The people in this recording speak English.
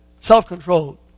self-control